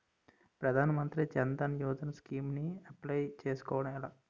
ప్రధాన మంత్రి జన్ ధన్ యోజన స్కీమ్స్ కి అప్లయ్ చేసుకోవడం ఎలా?